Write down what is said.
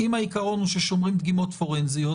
אם העיקרון הוא ששומרים דגימות פורנזיות,